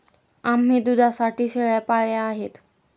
आम्ही दुधासाठी शेळ्या पाळल्या आहेत